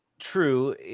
True